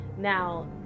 Now